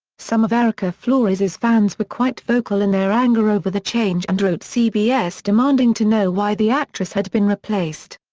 some of erika flores's fans were quite vocal in their anger over the change and wrote cbs demanding to know why the actress had been replaced.